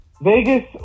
Vegas